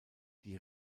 die